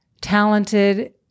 talented